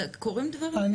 קורים דברים כאלה?